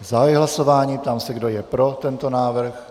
Zahajuji hlasování, ptám se, kdo je pro tento návrh.